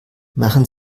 machen